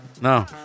No